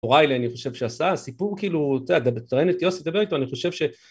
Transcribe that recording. אוריילה אני חושב שעשה סיפור כאילו אתה מטרנד יוסי תדבר איתו אני חושב ש...